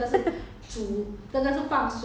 that's why I buy [what]